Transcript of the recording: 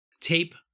tape